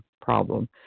problem